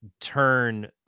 turn